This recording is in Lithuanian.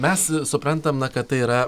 mes suprantam na kad tai yra